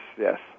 Yes